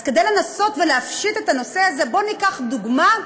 אז כדי לנסות לפשט את הנושא הזה, בואו ניקח דוגמה: